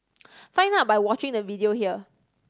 find out by watching the video here